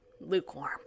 lukewarm